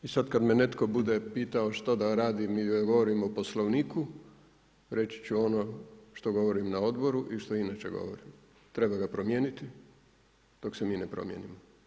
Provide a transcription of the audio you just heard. I sad kada me netko bude pitao što da radim, jer govorim o Poslovniku, reći ću ono što govorim na odboru i što inače govorim, treba ga promijeniti dok se mi ne promijenimo.